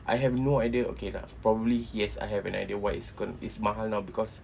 I have no idea okay lah probably yes I have an idea what is gon~ is mahal now because